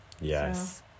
Yes